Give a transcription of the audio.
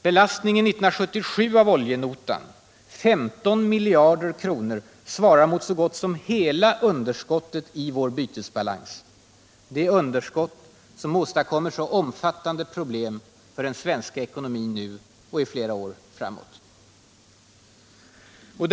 Belastningen 1977 av oljenotan — 15 miljarder kronor — svarar mot så gott som hela underskottet i vår bytesbalans, det underskott som åstadkommer så omfattande problem för den svenska ekonomin nu och i flera år framåt.